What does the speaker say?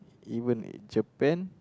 even Japan